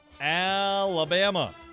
Alabama